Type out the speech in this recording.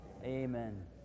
Amen